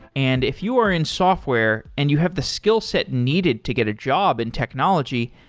and if you are in software and you have the skillset needed to get a job in technology,